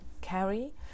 carry